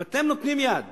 אם אתם נותנים יד